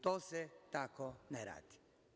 To se tako ne radi.